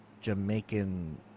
jamaican